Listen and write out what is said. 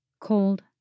cold